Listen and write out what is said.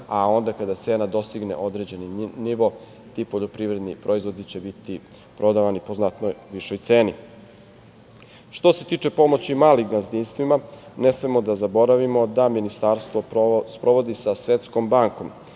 a onda kada cena dostigne određeni nivo, ti poljoprivredni proizvodi će biti prodavani po znatno višoj ceni. Što se tiče pomoći malim gazdinstvima, ne smemo da zaboravimo da Ministarstvo sprovodi sa Svetskom bankom